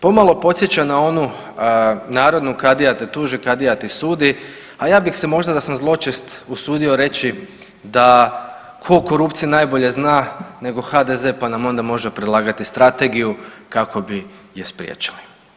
Pomalo podsjeća na onu narodnu, kadija te tuži, kadija ti sudi, a ja bi se možda da sam zločest usudio reći da tko o korupciji najbolje zna nego HDZ pa nam onda može predlagati strategiju kako bi je spriječili.